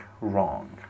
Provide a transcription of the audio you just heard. wrong